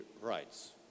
rights